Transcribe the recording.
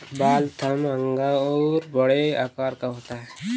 Waltham अंगूर बड़े आकार का होता है